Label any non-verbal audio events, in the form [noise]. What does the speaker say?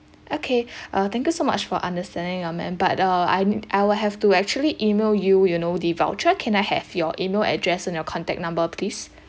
okay [breath] uh thank you so much for understanding uh ma'am but uh I n~ I will have to actually email you you know the voucher can I have your email address and your contact number please